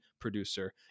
producer